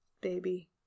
baby